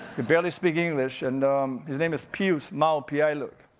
could barely speak english, and his name is pius mau piailug.